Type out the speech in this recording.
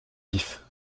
vif